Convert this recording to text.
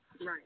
Right